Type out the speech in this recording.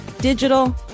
Digital